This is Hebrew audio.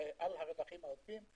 הרווחים העודפים.